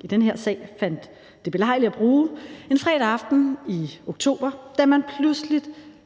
i den her sag fandt det belejligt at bruge en fredag aften i oktober, da man pludselig